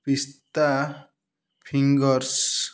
ପିସ୍ତା ଫିଙ୍ଗର୍ସ୍